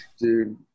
dude